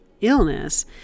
illness